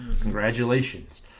Congratulations